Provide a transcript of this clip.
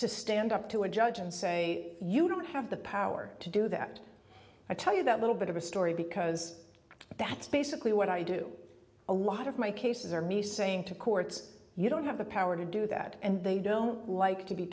to stand up to a judge and say you don't have the power to do that i tell you that little bit of a story because that's basically what i do a lot of my cases are me saying to courts you don't have the power to do that and they don't like to be